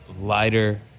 lighter